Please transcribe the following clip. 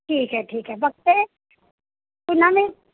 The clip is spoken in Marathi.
ठीक आहे ठीक आहे बघते पुन्हा मी